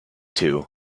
two